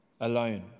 alone